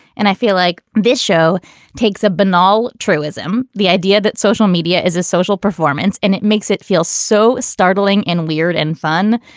and i feel like this show takes a banal truism. the idea that social media is a social performance and it makes it feel so startling and weird and fun.